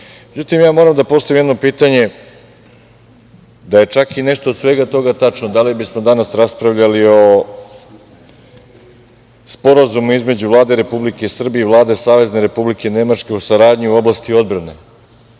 itd.Međutim, ja moram da postavim jedno pitanje - da je čak i nešto od svega toga tačno, da li bismo danas raspravljali o Sporazumu između Vlade Republike Srbije i Vlade Savezne Republike Nemačke o saradnji u oblasti odbrane?